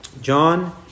John